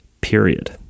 period